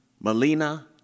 Melina